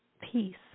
peace